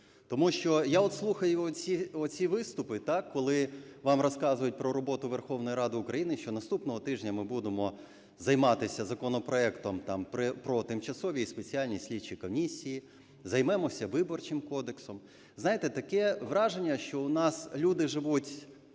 Тому що я от слухаю оці виступи, так, коли вам розказують про роботу Верховної Ради України, що наступного тижня ми будемо займатися законопроектом там про тимчасові і спеціальні слідчі комісії, займемося Виборчим кодексом. Знаєте, таке враження, що у нас люди живуть